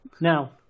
Now